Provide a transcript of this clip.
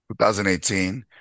2018